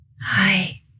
Hi